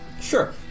sure